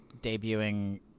debuting